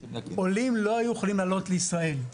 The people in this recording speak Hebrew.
העולים לא היו יכולים לעלות לישראל.